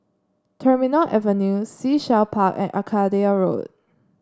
Terminal Avenue Sea Shell Park and Arcadia Road